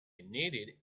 needed